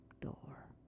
door